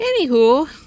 Anywho